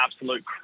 absolute